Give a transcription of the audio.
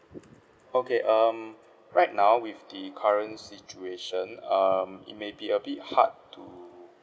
okay um right now with the current situation um it may be a bit hard to